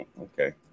okay